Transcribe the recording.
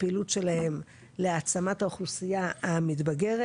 הפעילות שלהם להעצמת האוכלוסייה המתבגרת.